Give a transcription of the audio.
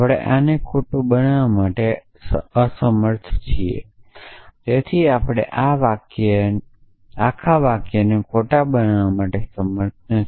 આપણે આને ખોટા બનાવવા માટે સમર્થ નથી તેથી આપણે આ આખા વાક્યને ખોટા બનાવવા માટે સમર્થ નથી